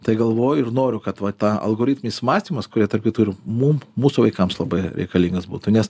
tai galvoju ir noriu kad va tą algoritminis mąstymas kurie tarp kitko ir mum mūsų vaikams labai reikalingas būtų nes